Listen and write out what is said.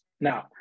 Now